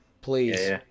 Please